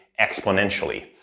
exponentially